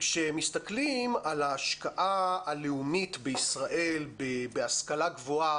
כשמסתכלים על ההשקעה הלאומית בישראל בהשכלה גבוהה,